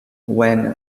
when